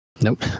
Nope